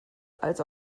als